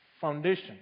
foundation